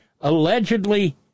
allegedly